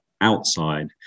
outside